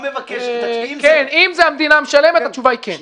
אם המדינה משלמת, התשובה היא כן.